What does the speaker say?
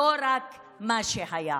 ולא רק מה שהיה.